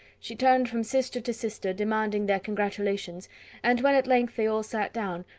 she turned from sister to sister, demanding their congratulations and when at length they all sat down,